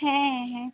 হ্যাঁ হ্যাঁ